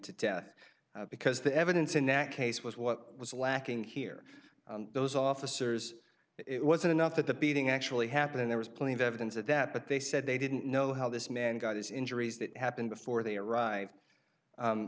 to death because the evidence in that case was what was lacking here those officers it was enough that the beating actually happened there was plenty of evidence of that but they said they didn't know how this man got his injuries that happened before they arrive